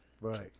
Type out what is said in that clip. Right